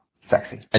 sexy